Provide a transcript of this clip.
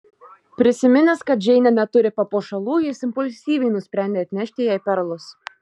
prisiminęs kad džeinė neturi papuošalų jis impulsyviai nusprendė atnešti jai perlus